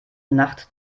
nacht